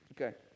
Okay